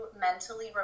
mentally